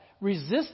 resist